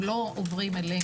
הם לא עוברים אלינו.